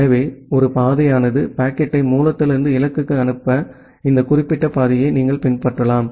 எனவே ஒரு பாதையானது பாக்கெட்டை மூலத்திலிருந்து இலக்குக்கு அனுப்ப இந்த குறிப்பிட்ட பாதையை நீங்கள் பின்பற்றலாம்